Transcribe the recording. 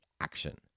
action